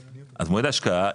אז מועד ההשקעה,